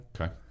Okay